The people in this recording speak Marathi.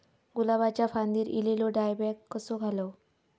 गुलाबाच्या फांदिर एलेलो डायबॅक कसो घालवं?